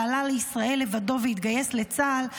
שעלה לישראל לבדו והתגייס לצה"ל,